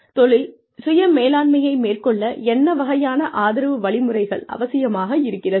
தொழில் சுய மேலாண்மையை மேற்கொள்ள என்ன வகையான ஆதரவு வழிமுறைகள் அவசியமாக இருக்கிறது